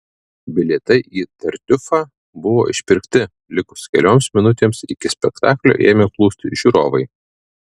bilietai į tartiufą buvo išpirkti likus kelioms minutėms iki spektaklio ėmė plūsti žiūrovai